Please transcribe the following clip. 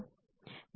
ఎందుకు